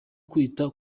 kwita